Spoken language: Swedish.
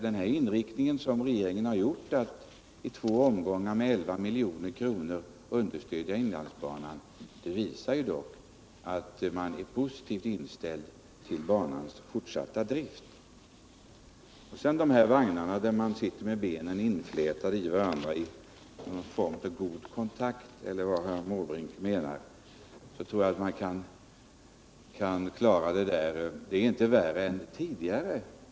Den inriktning som regeringen har markerat genom att i två omgångar med 11 milj.kr. understödja inlandsbanan visar ju ändå att man är positivt inställd till banans fortsatta drift. Vad sedan beträffar vagnarna i vilka man sitter med benen inflätade i varandra i någon form av god kontakt, eller hur det nu var herr Måbrink uttryckte det, så tror jag att problemen inte är värre än tidigare.